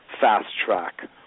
fast-track